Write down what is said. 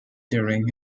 during